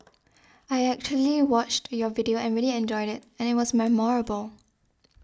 I actually watched your video and really enjoyed it and it was memorable